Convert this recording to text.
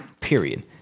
Period